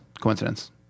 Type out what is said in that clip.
coincidence